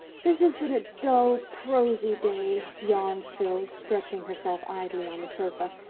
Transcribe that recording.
this has been a dull, prosy day, yawned phil, stretching herself idly on the sofa,